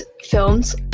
films